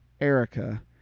Erica